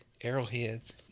arrowheads